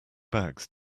bags